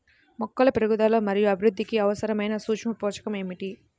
మొక్కల పెరుగుదల మరియు అభివృద్ధికి అవసరమైన సూక్ష్మ పోషకం ఏమిటి?